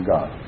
God